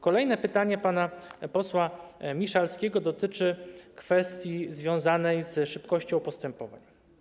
Kolejne pytanie, pytanie pana posła Miszalskiego dotyczy kwestii związanej z szybkością postępowań.